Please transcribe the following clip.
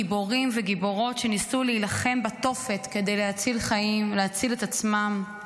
גיבורים וגיבורות שניסו להילחם בתופת כדי להציל חיים ולהציל את עצמם,